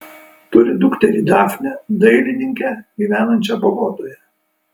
turi dukterį dafnę dailininkę gyvenančią bogotoje